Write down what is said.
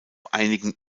einigen